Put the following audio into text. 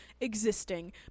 existing